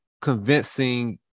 convincing –